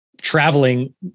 traveling